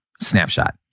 Snapshot